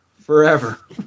Forever